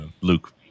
Luke